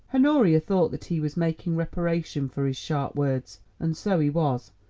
honoria thought that he was making reparation for his sharp words, and so he was,